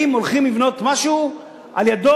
האם הולכים לבנות משהו על-ידו,